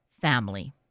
family